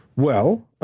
well,